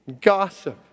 gossip